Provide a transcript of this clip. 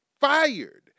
fired